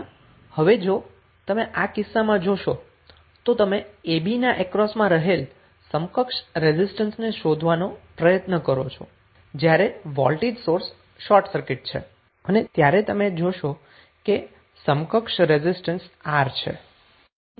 આમ હવે જો તમે આ કિસ્સામાં જોશો તો તમે ab ના અક્રોસ માં રહેલા સમકક્ષ રેઝિસ્ટન્સને શોધવાનો પ્રયત્ન કરો છો જ્યારે વોલ્ટેજ સોર્સ શોર્ટ સર્કિટ છે અને ત્યારે તમે જોશો કે સમકક્ષ રેઝિસ્ટન્સ R છે